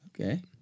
Okay